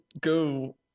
go